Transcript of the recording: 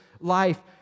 life